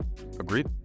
Agreed